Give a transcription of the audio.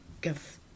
give